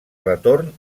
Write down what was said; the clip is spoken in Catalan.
retorn